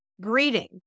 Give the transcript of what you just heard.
greeting